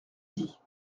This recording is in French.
dit